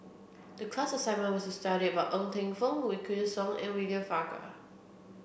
the class assignment was to study about Ng Teng Fong Wykidd Song and William Farquhar